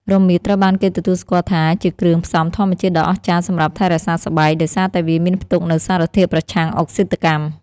រមៀតត្រូវបានគេទទួលស្គាល់ថាជាគ្រឿងផ្សំធម្មជាតិដ៏អស្ចារ្យសម្រាប់ថែរក្សាស្បែក ដោយសារតែវាមានផ្ទុកនូវសារធាតុប្រឆាំងអុកស៊ីតកម្ម។